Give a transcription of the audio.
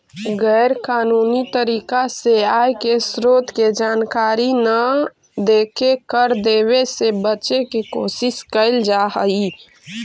गैर कानूनी तरीका से आय के स्रोत के जानकारी न देके कर देवे से बचे के कोशिश कैल जा हई